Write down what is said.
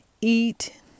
eat